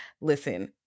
listen